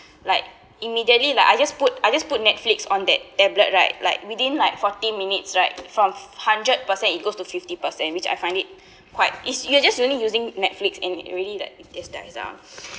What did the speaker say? like immediately like I just put I just put netflix on that tablet right like within like forty minutes right from hundred percent it goes to fifty percent which I find it quite is you just you only using netflix and already like it just dies out